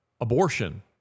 abortion